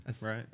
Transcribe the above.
right